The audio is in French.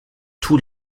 tous